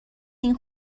این